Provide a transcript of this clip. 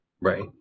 Right